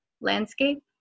landscape